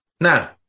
Now